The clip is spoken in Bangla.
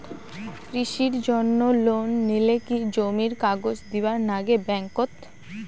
কৃষির জন্যে লোন নিলে কি জমির কাগজ দিবার নাগে ব্যাংক ওত?